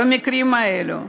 במקרים האלה,